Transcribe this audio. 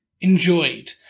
enjoyed